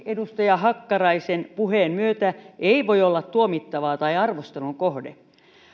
edustaja hakkaraisen puheen myötä ei voi olla tuomittavaa tai arvostelun kohde